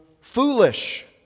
foolish